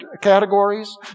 categories